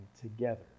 together